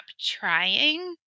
trying